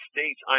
States